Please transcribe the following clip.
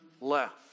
left